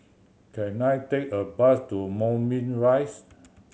can I take a bus to Moulmein Rise